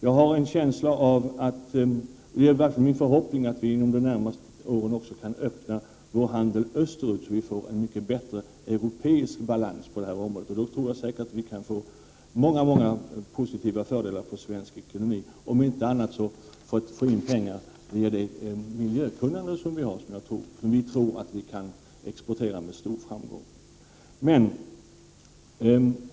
Jag har en känsla av — det är i varje fall min förhoppning — att vi under de närmaste åren kan öka vår handel österut, så att vi får en mycket bättre europeisk balans på det här området. Det tror jag skulle innebära många fördelar för svensk ekonomi. Om inte annat kunde vi få in pengar på det miljökunnande som finns i Sverige och som jag tror kan exporteras med stor framgång.